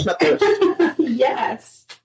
yes